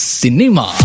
cinema